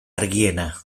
argiena